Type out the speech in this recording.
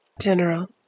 General